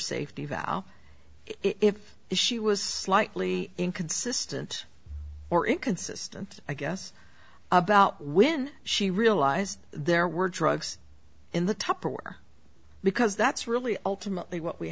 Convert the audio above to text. safety valve if she was slightly in consistent or inconsistent i guess about when she realized there were drugs in the tupperware because that's really ultimately what we